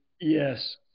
Yes